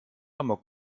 amok